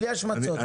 בלי השמצות.